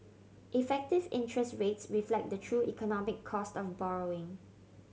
effective interest rates reflect the true economic cost of borrowing